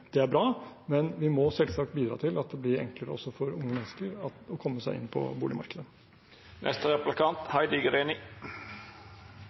Det er bra, men vi må selvsagt bidra til at det blir enklere også for unge mennesker å komme seg inn på boligmarkedet.